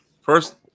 First